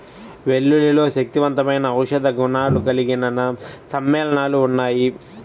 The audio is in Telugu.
వెల్లుల్లిలో శక్తివంతమైన ఔషధ గుణాలు కలిగిన సమ్మేళనాలు ఉన్నాయి